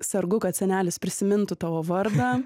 sergu kad senelis prisimintų tavo vardą